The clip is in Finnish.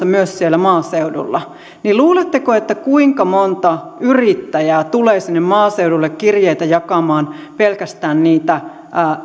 myös siellä maaseudulla kuinka monta yrittäjää luulette että tulee sinne maaseudulle jakamaan pelkästään niitä